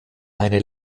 eine